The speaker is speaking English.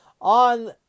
on